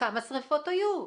כמה שריפות היו?